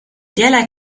derlei